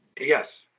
Yes